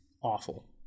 awful